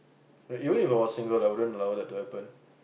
right even I were single I wouldn't allow that to happen